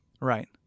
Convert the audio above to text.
Right